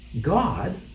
God